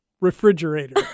refrigerator